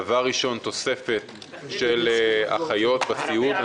דבר ראשון תוספת של אחיות בסיעוד.